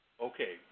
Okay